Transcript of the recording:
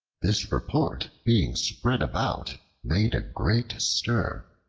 this report being spread about made a great stir,